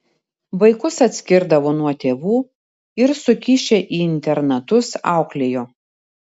vaikus atskirdavo nuo tėvų ir sukišę į internatus auklėjo